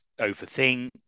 overthink